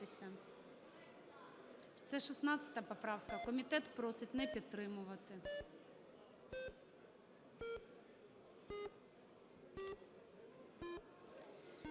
Це 16 поправка, комітет просить не підтримувати.